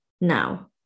now